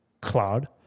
cloud